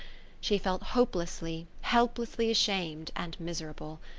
she felt hopelessly, helplessly ashamed and miserable.